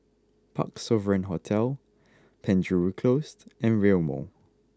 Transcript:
Parc Sovereign Hotel Penjuru Closed and Rail Mall